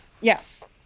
yes